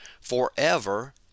forever